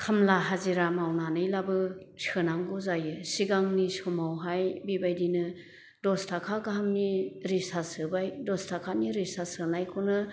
खामला हाजिरा मावनानैलाबो सोनांगौ जायो सिगांनि समावहाय बेबायदिनो दस ताका गाहामनि रिसार्च सोबाय दस ताकानि रिसार्च सोनायखौनो